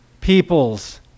people's